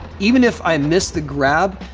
even if i miss the grab,